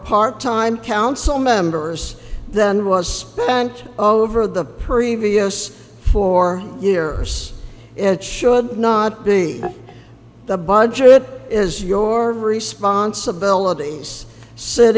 part time council members than was spent all over the previous four years it should not be the budget is your responsibilit